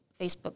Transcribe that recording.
Facebook